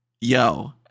Yo